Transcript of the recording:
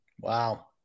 Wow